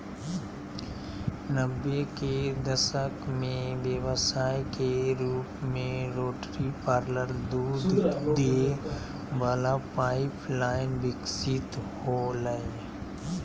नब्बे के दशक में व्यवसाय के रूप में रोटरी पार्लर दूध दे वला पाइप लाइन विकसित होलय